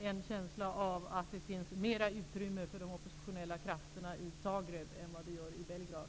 en känsla av att det finns mer utrymme för de oppositionella krafterna i Zagreb än vad det finns i Belgrad.